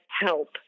help